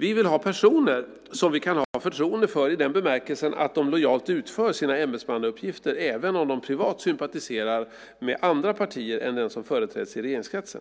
Vi vill ha personer som vi kan ha förtroende för i den bemärkelsen att de lojalt utför sina ämbetsmannauppgifter även om de privat sympatiserar med andra partier än dem som företräds i regeringskretsen.